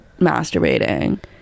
masturbating